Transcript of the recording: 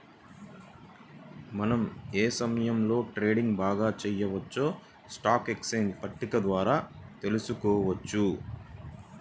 మనం ఏ సమయంలో ట్రేడింగ్ బాగా చెయ్యొచ్చో స్టాక్ ఎక్స్చేంజ్ పట్టిక ద్వారా తెలుసుకోవచ్చు